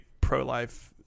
pro-life